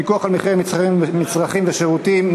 פיקוח על מחירי מצרכים ושירותים (תיקון,